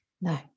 No